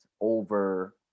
over